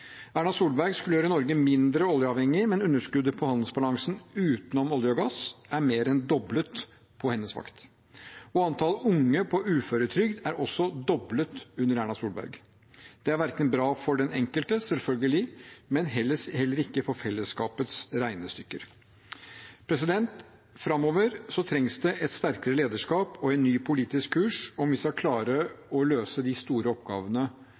Erna Solberg skulle gjøre Norge mindre oljeavhengig, men underskuddet på handelsbalansen utenom olje og gass er mer enn doblet på hennes vakt. Antallet unge på uføretrygd er også doblet under Erna Solberg. Det er verken bra for den enkelte, selvfølgelig, men heller ikke for fellesskapets regnestykker. Framover trengs det et sterkere lederskap og en ny politisk kurs om vi skal klare å løse de store oppgavene